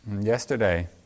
yesterday